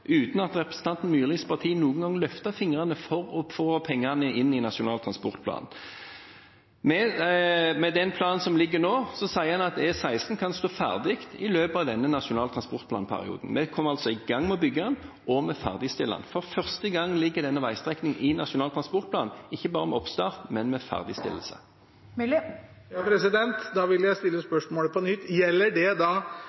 uten at representanten Myrlis parti noen gang løftet en finger for å få pengene inn i Nasjonal transportplan. Med den planen som foreligger nå, sier en at E16 kan stå ferdig i løpet av denne Nasjonal transportplan-perioden. Vi kommer altså i gang med å bygge den, og vi ferdigstiller den. For første gang ligger denne veistrekningen i Nasjonal transportplan, ikke bare med oppstart, men med ferdigstillelse. Det åpnes for oppfølgingsspørsmål – først Sverre Myrli. Da vil jeg stille